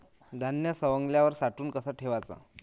धान्य सवंगल्यावर साठवून कस ठेवाच?